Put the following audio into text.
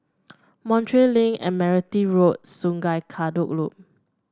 Montreal Link Admiralty Road Sungei Kadut Loop